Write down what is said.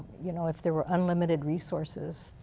you know if there were unlimited resources,